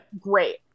great